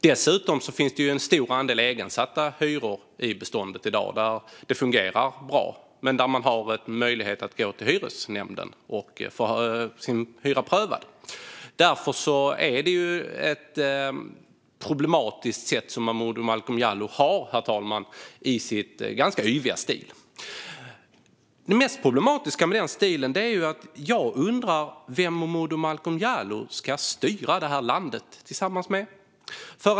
Dessutom finns det en stor andel egensatta hyror i beståndet i dag och där det fungerar bra, men där man har möjlighet att gå till hyresnämnden för att få sin hyra prövad. Därför är det ett problematiskt sätt som Momodou Malcolm Jallow har, herr talman, i sin ganska yviga stil. Det mest problematiska med denna stil är att jag undrar med vem Momodou Malcolm Jallow ska styra detta land tillsammans med.